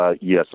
Yes